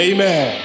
Amen